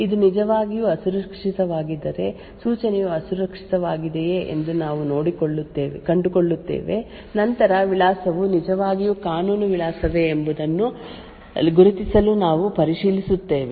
ಇದು ನಿಜವಾಗಿಯೂ ಅಸುರಕ್ಷಿತವಾಗಿದ್ದರೆ ಸೂಚನೆಯು ಅಸುರಕ್ಷಿತವಾಗಿದೆಯೇ ಎಂದು ನಾವು ಕಂಡುಕೊಳ್ಳುತ್ತೇವೆ ನಂತರ ವಿಳಾಸವು ನಿಜವಾಗಿಯೂ ಕಾನೂನು ವಿಳಾಸವೇ ಎಂಬುದನ್ನು ಗುರುತಿಸಲು ನಾವು ಪರಿಶೀಲಿಸುತ್ತೇವೆ ಅಂದರೆ ಆ ಶಾಖೆಯ ಗುರಿ ವಿಳಾಸ ಅಥವಾ ಮೆಮೊರಿ ಅಕ್ಷದ ಲೋಡ್ ಅಥವಾ ಸ್ಟೋರ್ ವಾಸ್ತವವಾಗಿ ಕಾನೂನು ವಿಳಾಸವಾಗಿದೆ